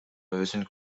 өзүн